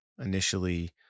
initially